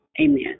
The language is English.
Amen